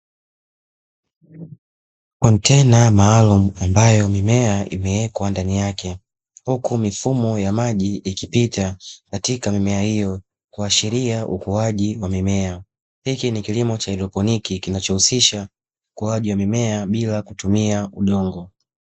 Kontena maalumu, ambayo mimea imewekwa ndani yake, huku mifumo ya maji ikipita katika mimea hiyo, kuashiria ukuaji wa mimea, hiki ni kilimo cha haidroponiki kinachohusisha, ukuaji wa mimea bila kutumia udongo.